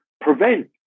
prevent